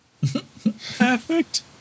Perfect